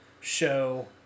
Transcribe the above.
show